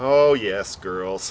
oh yes girls